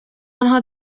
آنها